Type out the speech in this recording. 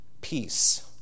peace